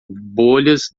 bolhas